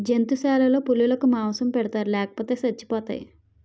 జంతుశాలలో పులులకు మాంసం పెడతారు లేపోతే సచ్చిపోతాయి